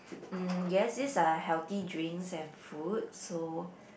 mm yes these are healthy drinks and food so